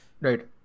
right